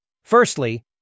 Firstly